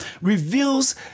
reveals